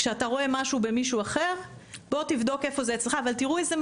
כשאתה רואה משהו במישהו אחר בוא תבדוק איפה זה אצלך,